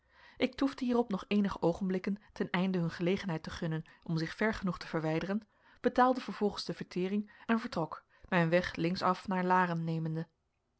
ik toefde hierop nog eenige oogenblikken ten einde hun gelegenheid te gunnen om zich ver genoeg te verwijderen betaalde vervolgens de vertering en vertrok mijn weg links af naar laren nemende